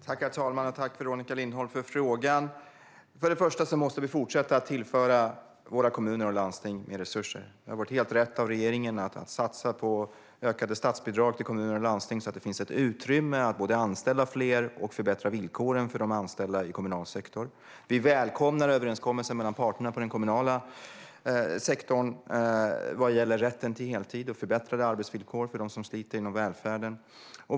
Herr talman! Tack, Veronica Lindholm, för frågan! Först och främst måste vi fortsätta att tillföra våra kommuner och landsting mer resurser. Det har varit helt rätt av regeringen att satsa på ökade statsbidrag till kommuner och landsting så att det finns ett utrymme att både anställa fler och förbättra villkoren för de anställda i kommunal sektor. Vi välkomnar överenskommelsen mellan parterna på den kommunala sektorn vad gäller rätten till heltid och förbättrade arbetsvillkor för dem som sliter inom välfärden.